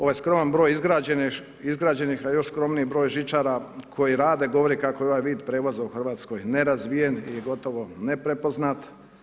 Ovaj skroman broj izgrađenih a još skromniji broj žičara koji rade govori kako je ovaj vid prijevoza u Hrvatskoj nerazvijen i gotovo neprepoznat.